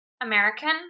American